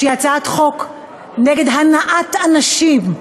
שהיא הצעת חוק נגד הנעת אנשים,